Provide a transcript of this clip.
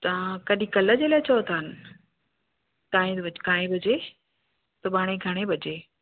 तव्हां कॾहिं कल्ह जे लाइ चओ था टाइम काएं बजे सुभाणे घणे बजे